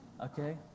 okay